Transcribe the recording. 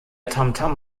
tamtam